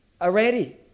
already